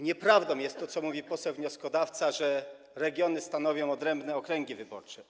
Nieprawdą jest to, co mówi poseł wnioskodawca - że regiony stanowią odrębne okręgi wyborcze.